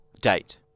Date